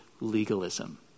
legalism